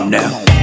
now